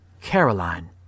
Caroline